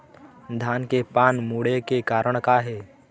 धान के पान मुड़े के कारण का हे?